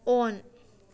ꯑꯣꯟ